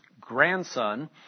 grandson